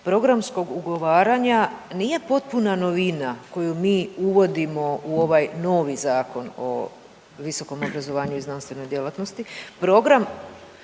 programskog ugovaranja nije potpuna novina koju mi uvodimo u ovaj novi Zakon o visokom obrazovanju i znanstvenoj djelatnosti.